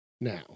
Now